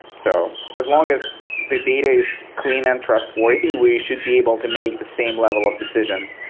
so as long as the data is clean and trustworthy, we should be able to make the same level of decisions,